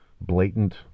blatant